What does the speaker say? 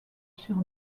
sur